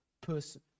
person